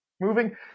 moving